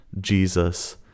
Jesus